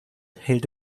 hält